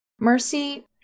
Mercy